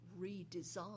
redesign